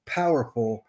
powerful